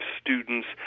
students